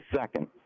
second